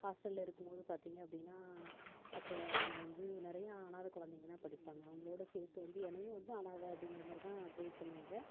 ஹாஸ்டலில் இருக்கும்போது பார்த்தீங்க அப்படின்னா அப்போ அங்கே வந்து நிறையா அனாதை குழந்தைங்கதான் படிப்பாங்க அவங்களோட சேர்த்து வந்து என்னையும் வந்து அனாதை அப்படிங்கிற மாதிரிதான் வந்து ட்ரீட் பண்ணுவாங்க